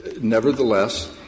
nevertheless